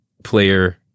Player